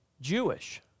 Jewish